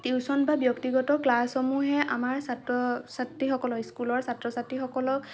tuition বা ব্যক্তিগত ক্লাছসমূহে আমাৰ ছাত্ৰ ছাত্ৰীসকলক স্কুলৰ ছাত্ৰ ছাত্ৰীসকলক